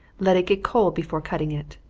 let it get cold before cutting it.